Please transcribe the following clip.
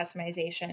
customization